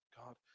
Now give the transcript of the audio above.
God